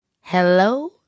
Hello